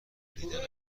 دیدن